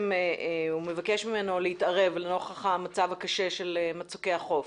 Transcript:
הוא מבקש ממנו להתערב לנוכח המצב הקשה של מצוקי החוף.